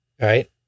right